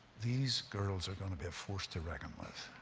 these girls are going to be a force to reckon with.